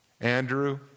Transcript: Andrew